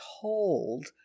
told